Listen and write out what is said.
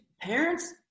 parents